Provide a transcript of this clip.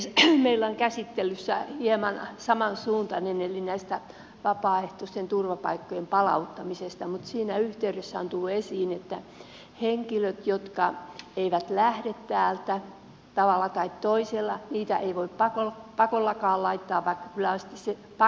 meillä on käsittelyssä hieman samansuuntainen eli turvapaikkaa hakeneen vapaaehtoinen paluu mutta siinä yhteydessä on tullut esiin että henkilöitä jotka eivät lähde täältä tavalla tai toisella ei voida pakollakaan laittaa vaikka kyllä on sitten se pakkotäytäntöönpano